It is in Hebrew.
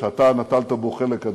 שאתה נטלת בו חלק,